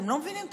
אתם לא מבינים את